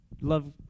love